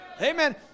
Amen